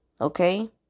okay